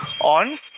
on